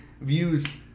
views